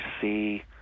see